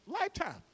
Lifetime